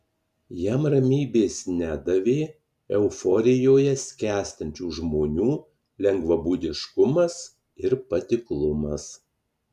jam ramybės nedavė euforijoje skęstančių žmonių lengvabūdiškumas ir patiklumas